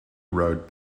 wrote